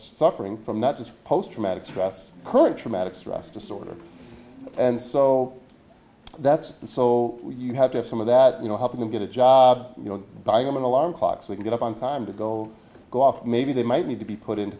suffering from that just post traumatic stress her traumatic stress disorder and so that's and so you have to have some of that you know help them get a job you know buy them an alarm clock so i can get up on time to go go off maybe they might need to be put in